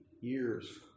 years